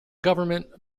government